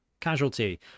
Casualty